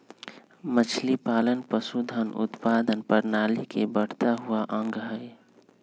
मछलीपालन पशुधन उत्पादन प्रणाली के बढ़ता हुआ अंग हई